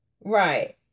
Right